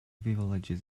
beverages